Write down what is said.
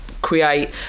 create